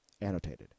Annotated